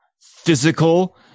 physical